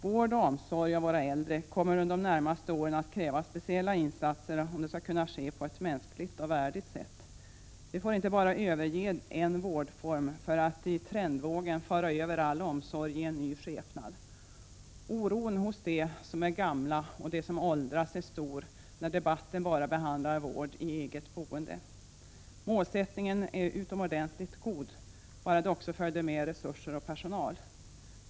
Vård av och omsorg om våra äldre kommer under de närmaste åren att kräva speciella insatser om denna omvårdnad skall kunna ske på ett mänskligt och värdigt sätt. Vi får inte bara överge en vårdform för att i trendvågen föra över all omsorg i ny skepnad. Oron hos dem som är gamla och dem som åldras är stor när debatten bara handlar om vård i eget boende. Målsättningen är utomordentligt god, bara det också följde med resurser och personal!